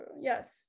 Yes